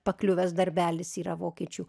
pakliuvęs darbelis yra vokiečių